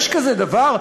יש כזה דבר?